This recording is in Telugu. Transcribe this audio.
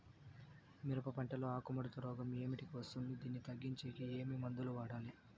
మిరప పంట లో ఆకు ముడత రోగం ఏమిటికి వస్తుంది, దీన్ని తగ్గించేకి ఏమి మందులు వాడాలి?